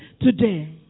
today